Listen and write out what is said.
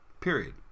Period